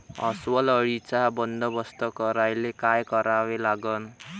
अस्वल अळीचा बंदोबस्त करायले काय करावे लागन?